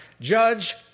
judge